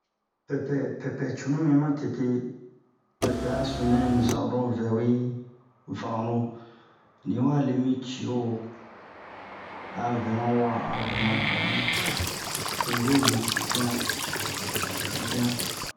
Pɛpɛ pɛpɛ cunu mi ma tete pɛpɛ a sunu nɛ ni zan oro vɛwe vano ni yi wa le mi cio a vɛ ma wa a vɛ ma bɛnɛ to ni we le pipian pipian